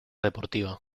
deportiva